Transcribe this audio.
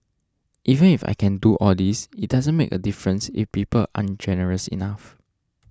even if I can do all this it doesn't make a difference if people aren't generous enough